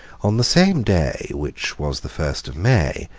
on the same day, which was the first of may,